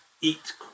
eat